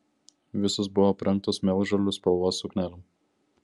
visos buvo aprengtos mėlžolių spalvos suknelėm